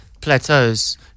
plateaus